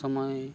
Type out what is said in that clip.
ᱥᱚᱢᱚᱭ